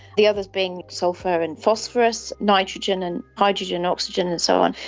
the others being sulphur and phosphorus, nitrogen and hydrogen, oxygen and so on.